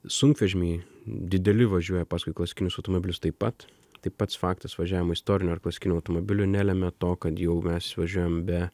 sunkvežimiai dideli važiuoja paskui klasikinius automobilius taip pat tai pats faktas važiavimo istorinių ar klasikinių automobilių nelemia to kad jau mes važiuojam be